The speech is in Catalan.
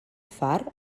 far